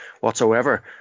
whatsoever